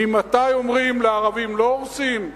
ממתי אומרים: לערבים לא הורסים,